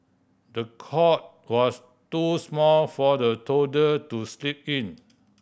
the cot was too small for the toddler to sleep in